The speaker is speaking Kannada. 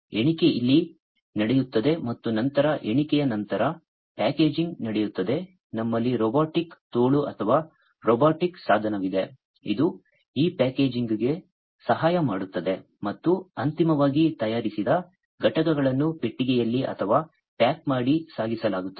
ಎಣಿಕೆ ಇಲ್ಲಿ ನಡೆಯುತ್ತದೆ ಮತ್ತು ನಂತರ ಎಣಿಕೆಯ ನಂತರ ಪ್ಯಾಕೇಜಿಂಗ್ ನಡೆಯುತ್ತದೆ ನಮ್ಮಲ್ಲಿ ರೋಬೋಟಿಕ್ ತೋಳು ಅಥವಾ ರೋಬೋಟಿಕ್ ಸಾಧನವಿದೆ ಇದು ಈ ಪ್ಯಾಕೇಜಿಂಗ್ಗೆ ಸಹಾಯ ಮಾಡುತ್ತದೆ ಮತ್ತು ಅಂತಿಮವಾಗಿ ತಯಾರಿಸಿದ ಘಟಕಗಳನ್ನು ಪೆಟ್ಟಿಗೆಯಲ್ಲಿ ಅಥವಾ ಪ್ಯಾಕ್ ಮಾಡಿ ಸಾಗಿಸಲಾಗುತ್ತದೆ